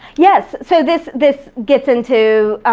yes, so this this gets into,